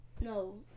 no